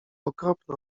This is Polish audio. okropne